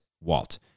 Walt